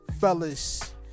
fellas